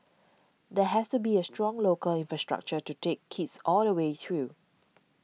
there has to be a strong local infrastructure to take kids all the way through